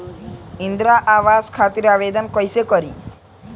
इंद्रा आवास खातिर आवेदन कइसे करि?